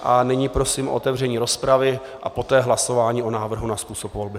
A nyní prosím o otevření rozpravy a poté hlasování o návrhu na způsob volby.